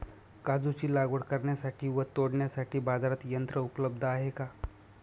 काजूची लागवड करण्यासाठी व तोडण्यासाठी बाजारात यंत्र उपलब्ध आहे का?